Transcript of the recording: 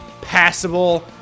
passable